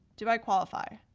do i qualify?